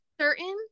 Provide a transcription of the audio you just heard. certain